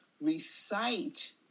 recite